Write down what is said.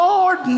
Lord